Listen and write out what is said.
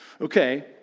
Okay